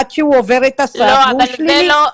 עד שהוא עובר את הסף והוא שלילי.